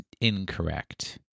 incorrect